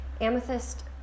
Amethyst